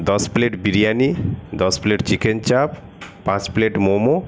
দশ প্লেট বিরিয়ানি দশ plate chicken chaap পাঁচ প্লেট মোমো